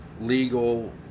legal